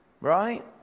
Right